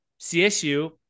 CSU